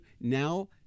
now